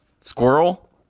squirrel